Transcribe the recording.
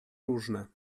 różne